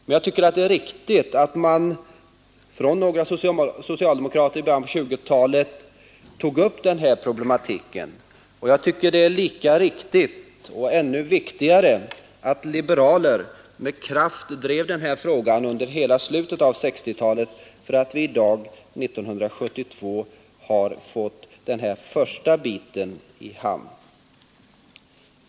Men jag tycker att det var riktigt att några socialdemokrater på 1920-talet tog upp denna problematik, men ännu viktigare för att vi i dag har kunnat få den här första biten i hamn har varit att liberaler med kraft drivit denna fråga under hela slutet av 1960-talet.